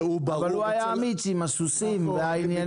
הוא היה אמיץ עם הסוסים והמכונות.